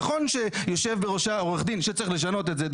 נכון שיושב בראשה עורך דין שצריך לשנות את זה,